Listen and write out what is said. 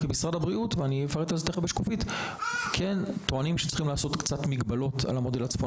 כמשרד הבריאות אנחנו טוענים שצריכים להטיל קצת מגבלות על המודל הצפון